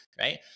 right